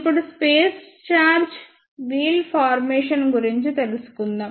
ఇప్పుడు space charge వీల్ formation గురించి తెలుసుకుందాం